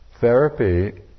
Therapy